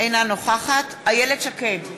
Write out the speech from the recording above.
אינה נוכחת איילת שקד,